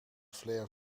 flair